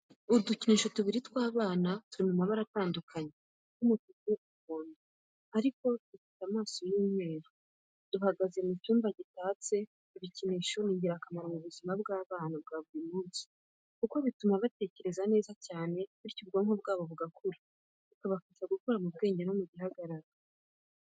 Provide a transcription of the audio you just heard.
Udukinisho tubiri tw'abana turi mu mabara atandukanye nk'umutuku, umuhondo ariko dufite amaso y'umweru duhagaze mu cyumba gitatse. Ibikinisho ni ingirakamaro ku buzima bw'abana bwa buri munsi kuko bituma batekereza cyane bityo ubwonko bwabo bugakura, bikabafasha gukura mu bwenge no mu gihagararo.